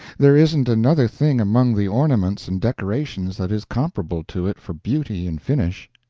there isn't another thing among the ornaments and decorations that is comparable to it for beauty and finish.